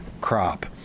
crop